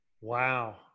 Wow